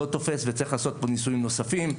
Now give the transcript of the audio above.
לא תופס וצריך לעשות פה ניסויים נוספים.